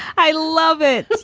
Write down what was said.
i love it.